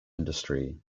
industry